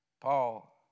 Paul